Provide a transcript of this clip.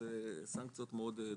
שזה סנקציות מאוד דרמטיות.